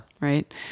Right